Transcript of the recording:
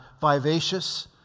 vivacious